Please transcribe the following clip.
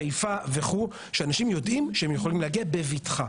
חיפה וכו' שאנשים יודעים שהם יכולים להגיע בבטחה.